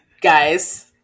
Guys